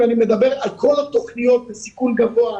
אני מדבר על כל התוכניות בסיכון גבוה,